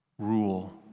rule